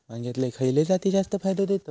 वांग्यातले खयले जाती जास्त फायदो देतत?